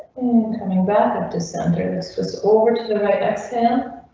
coming back after center, this was over to the right exhale. and